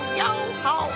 yo-ho